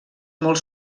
molt